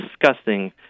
discussing